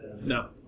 No